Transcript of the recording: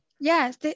Yes